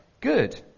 good